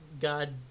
God